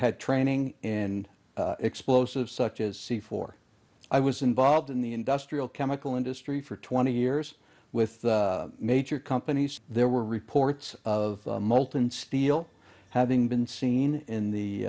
had training and explosive such as c four i was involved in the industrial chemical industry for twenty years with major companies there were reports of molten steel having been seen in the